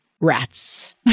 Rats